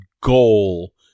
goal